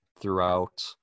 throughout